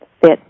fit